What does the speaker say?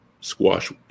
squash